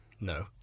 No